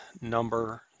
number